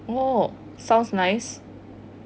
oh sounds nice